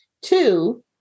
Two